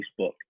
Facebook